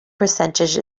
percentage